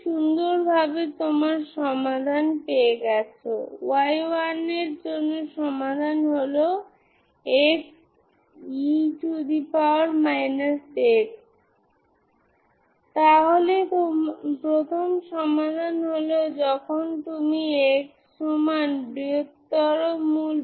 সুতরাং piecewise continuous function এর মানে হল যে আপনার একটি লাফ বন্ধ হওয়া উচিত এটি অবিচ্ছিন্ন নয় তবে এই মানগুলিতে এটি অনন্তের দিকে যাওয়া উচিত নয়